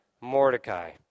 Mordecai